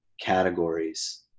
categories